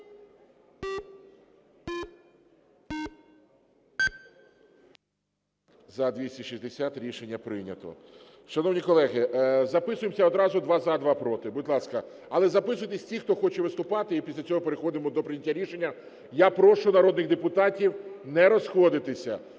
За-260 Рішення прийнято. Шановні колеги, записуємося одразу: два – за, два – проти, будь ласка. Але записуйтесь ті, хто хоче виступати, і після цього переходимо до прийняття рішення. Я прошу народних депутатів не розходитися,